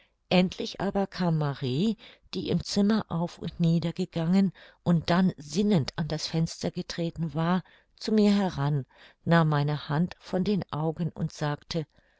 endlich aber kam marie die im zimmer auf und nieder gegangen und dann sinnend an das fenster getreten war zu mir heran nahm meine hand von den augen und sagte